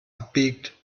abbiegt